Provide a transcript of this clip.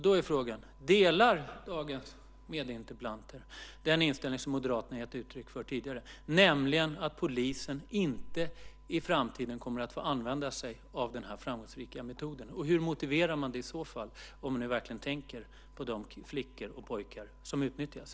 Då är frågan: Delar dagens meddebattörer i interpellationsdebatten den inställning som Moderaterna har gett uttryck för tidigare, nämligen att polisen inte i framtiden kommer att få använda sig av den här framgångsrika metoden? Hur motiverar man det i så fall, om man nu verkligen tänker på de flickor och pojkar som utnyttjas?